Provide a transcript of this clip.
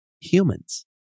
humans